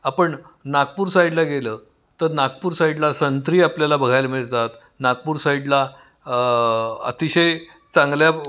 आपण नागपूर साईडला गेलं तर नागपूर साईडला संत्री आपल्याला बघायला मिळतात नागपूर साईडला अतिशय चांगल्या